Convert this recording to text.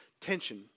tension